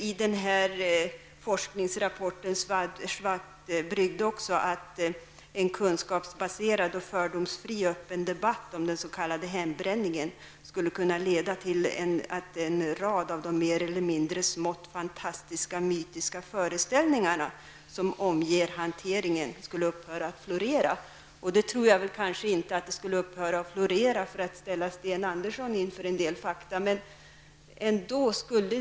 I forskarrapporten Svart brygd sägs att kunskapsbaserad och fördomsfri öppen debatt om den s.k. hembränningen skulle kunna leda till att en rad av de mer eller mindre smått fantastiska mytföreställningarna, som omger hanteringen, skulle kunna upphöra att florera. Men jag tror inte att det är så lätt att få Sten Andersson i Malmö att acceptera nya fakta.